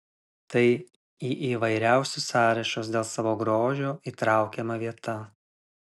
tai į įvairiausius sąrašus dėl savo grožio įtraukiama vieta